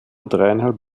dreieinhalb